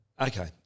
Okay